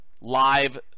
live